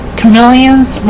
Chameleon's